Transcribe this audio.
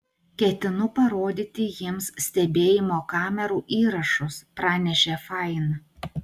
ketinu parodyti jiems stebėjimo kamerų įrašus pranešė fain